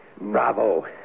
Bravo